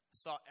saw